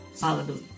Hallelujah